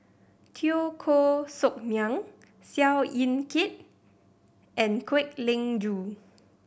Teo Koh Sock Miang Seow Yit Kin and Kwek Leng Joo